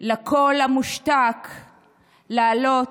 לקול המושתק לעלות,